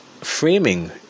framing